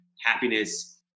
happiness